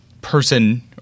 person